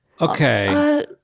Okay